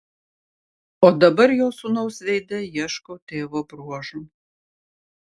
o dabar jo sūnaus veide ieškau tėvo bruožų